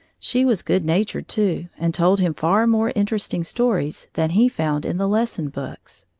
she was good-natured too and told him far more interesting stories than he found in the lesson books.